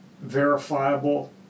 verifiable